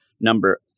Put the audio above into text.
number